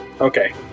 Okay